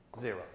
zero